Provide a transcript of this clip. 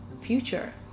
future